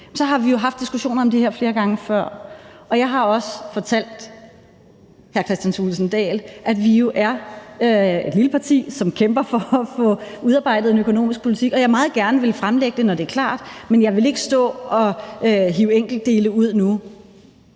vi haft diskussionerne om det her flere gange før, og jeg har også fortalt hr. Kristian Thulesen Dahl, at vi jo er et lille parti, som kæmper for at få udarbejdet en økonomisk politik, og jeg vil meget gerne fremlægge den, når den er klar, men jeg vil ikke stå og hive enkeltdele ud nu.